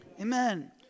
Amen